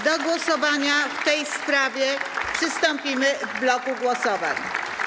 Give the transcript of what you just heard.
Do głosowania w tej sprawie przystąpimy w bloku głosowań.